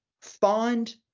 find